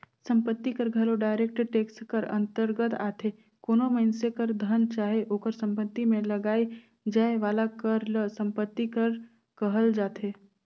संपत्ति कर घलो डायरेक्ट टेक्स कर अंतरगत आथे कोनो मइनसे कर धन चाहे ओकर सम्पति में लगाए जाए वाला कर ल सम्पति कर कहल जाथे